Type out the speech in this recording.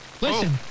Listen